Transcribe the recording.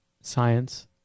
science